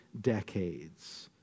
decades